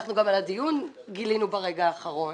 גם על הדיון גילינו ברגע האחרון